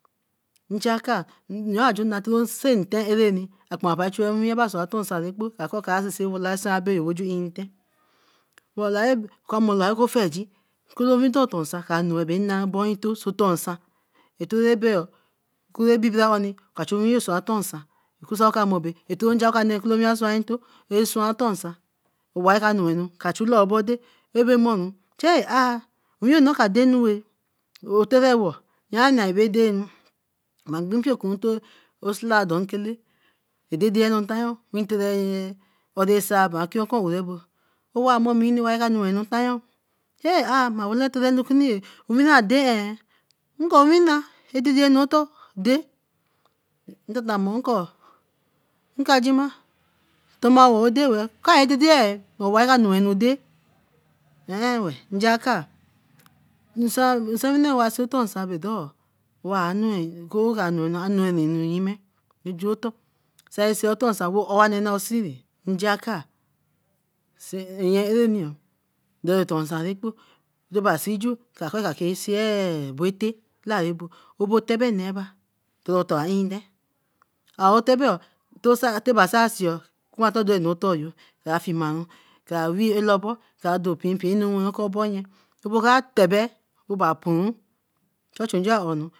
Njaka njo a ju na tere sente areni, a kpaara bae chue owiwi bae swan otor nsan ekpo. ka kor see wala sign abaeyo ju nten. Ka mor oku ofeigin kolo win don otor nsan ka noi be na obo nto so otor nsan etere abayo kore-bibira oni ka chu owiyen torn otor nsan ekusa rah ka mor bae nja oka nee nkolowin a swan ntito, Owa ra ka noenu ka chu loobo dei abemorun, ayh owinyo noor ka deinuwe. Oterewo, yean ba ye denu ma binquiquinto o sila don nkele, ededeoni ntayo, esai bara oki okun arabo owa momi ra ka wen nu tayon ayh ma wala tere nukuni ey, owina ade eh nko owina, adedenu otor dey ntatamoru ko nkajima tomawo odeweeh, ko ayen ra dedeye owa dey. Owa ra ka nwenu dey, eh he weeh, njakah. Nsewine wa see otor nsan bedor wa noor, akor wa noor nenu yime ojotor. Osi otor nsan wey ore ani wa seeri njakor. Nye areni oo door tor nsan ekpo, ra ba see ju kra kori ka bae see abo tae, larebo obo tebo neba, dori otor a nten aowe tebe oo tayba sai see oo quenmator dori otor yo a fiemaru ka weeh alabo kra dow pin pin nu wenobo yen, ko bo kai tebo, eba puru church njo a ero.